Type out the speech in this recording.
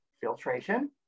filtration